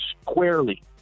squarely